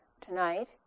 tonight